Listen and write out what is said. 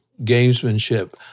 gamesmanship